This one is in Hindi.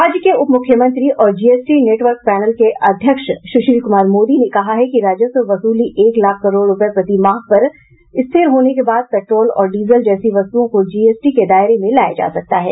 राज्य के उप मुख्यमंत्री और जीएसटी नेटवर्क पैनल के अध्यक्ष सुशील कुमार मोदी ने कहा है कि राजस्व वसूली एक लाख करोड़ रुपये प्रति माह पर स्थिर होने के बाद पेट्रोल और डीजल जैसी वस्तुओं को जीएसटी के दायरे में लाया जा सकता है